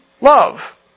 love